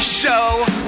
show